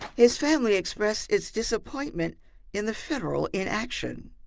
his family expressed its disappointment in the federal inaction.